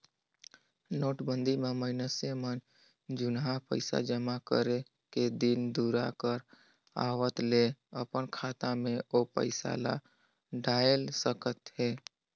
नोटबंदी म मइनसे मन जुनहा पइसा जमा करे के दिन दुरा कर आवत ले अपन खाता में ओ पइसा ल डाएल सकत अहे